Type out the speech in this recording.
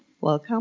Welcome